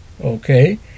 okay